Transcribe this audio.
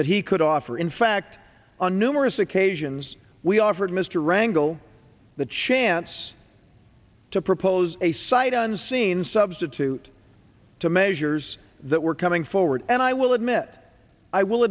that he could offer in fact on numerous occasions we offered mr rangle the chance to propose a sight unseen substitute to measures that were coming forward and i will admit i will